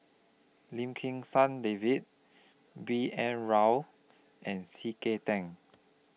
Lim Kim San David B N Rao and C K Tang